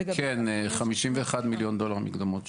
כן, 51 מיליון דולר מקדמות שולמו.